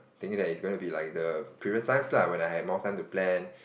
thinking that is going be like the previous time lah when I have more time to plan